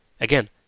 again